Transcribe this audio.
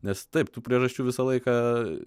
nes taip tų priežasčių visą laiką